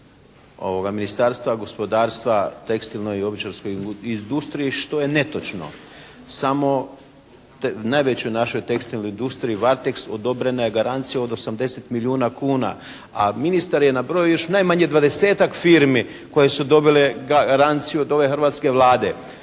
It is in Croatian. pomoć Ministarstva gospodarstva tekstilnoj i obućarskoj industriji što je netočno. Samo najvećoj našoj tekstilnoj industriji "Varteks" odobrena je garancija od 80 milijuna kuna, a ministar je nabrojio još najmanje 20-ak firmi koje su dobile garanciju od ove hrvatske Vlada.